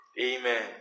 amen